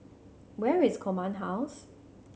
where is Command House